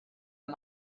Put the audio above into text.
amb